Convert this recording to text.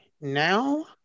now